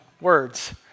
words